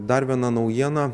dar viena naujiena